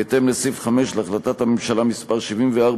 בהתאם לסעיף 5 להחלטת הממשלה מס' 74,